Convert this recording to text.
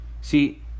See